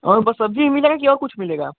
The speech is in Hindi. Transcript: और बस सब्जी ही मिलेगा कि और कुछ मिलेगा